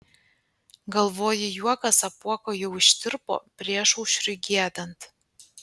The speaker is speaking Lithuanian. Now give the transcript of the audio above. galvoji juokas apuoko jau ištirpo priešaušriui giedant